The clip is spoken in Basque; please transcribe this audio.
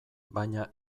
baina